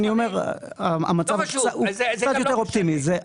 אני אומר, המצב הוא קצת יותר אופטימי.